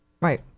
Right